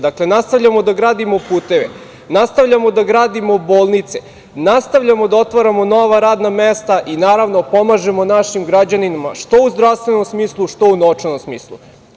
Dakle, nastavljamo da gradimo puteve, nastavljamo da gradimo bolnice, nastavljamo da otvaramo nova radna mesta i, naravno, pomažemo našim građanima, što u zdravstvenom smislu, što u novčanom smislu.